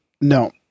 No